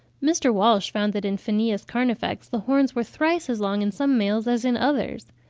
mr. walsh found that in phanaeus carnifex the horns were thrice as long in some males as in others.